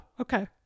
okay